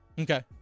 Okay